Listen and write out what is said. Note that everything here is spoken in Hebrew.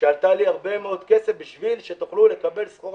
שעלתה לי הרבה מאוד כסף בשביל שתוכלו לקבל סחורה